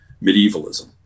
medievalism